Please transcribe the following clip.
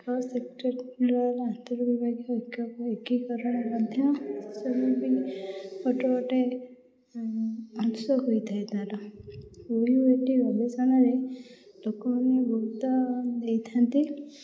ହଁ ସେକ୍ଟରର ଆନ୍ତର୍ବିଭାଗୀୟ ଏକ ଏକୀକରଣ ମଧ୍ୟ ସବୁଦିନ ଗୋଟେ ଗୋଟେ ଅଂଶ ହୋଇଥାଏ ତାର ଓ ୟୁ ଏ ଟି ଗବେଷଣାରେ ଲୋକମାନେ ବହୁତ ଦେଇଥାନ୍ତି